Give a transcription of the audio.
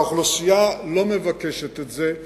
והאוכלוסייה לא מבקשת את זה,